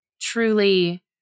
truly